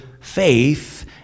faith